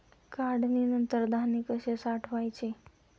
काढणीनंतर धान्य कसे साठवायचे?